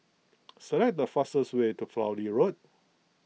select the fastest way to Fowlie Road